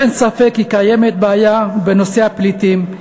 אין ספק כי קיימת בעיה בנושא הפליטים,